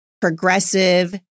progressive